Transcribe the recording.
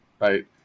right